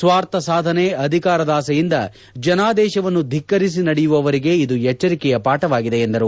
ಸ್ವಾರ್ಥ ಸಾಧನೆ ಅಧಿಕಾರದಾಸೆಯಿಂದ ಜನಾದೇಶವನ್ನು ಧಿಕ್ಕರಿಸಿ ನಡೆಯುವವರಿಗೆ ಇದು ಎಚ್ಚರಿಕೆಯ ಪಾಠವಾಗಿದೆ ಎಂದರು